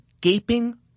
gaping